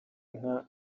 nka